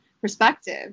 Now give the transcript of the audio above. perspective